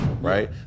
Right